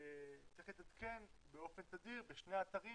צריך להתעדכן באופן תדיר בשני האתרים